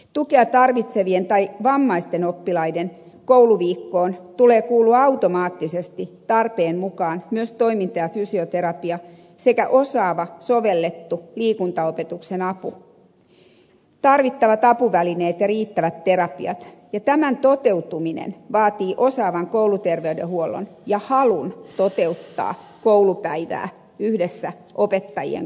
tukea tarvitsevien tai vammaisten oppilaiden kouluviikkoon tulee kuulua automaattisesti tarpeen mukaan myös toiminta ja fysioterapia sekä osaava sovellettu liikuntaopetuksen apu tarvittavat apuvälineet ja riittävät terapiat ja tämän toteutuminen vaatii osaavan kouluterveydenhuollon ja halun toteuttaa koulupäivää yhdessä opettajien kanssa